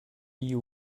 you